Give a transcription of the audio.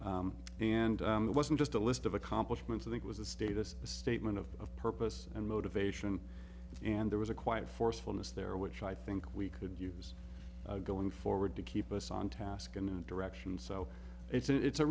and it wasn't just a list of accomplishments i think was a status statement of purpose and motivation and there was a quiet forcefulness there which i think we could use going forward to keep us on task and direction so it's a it's a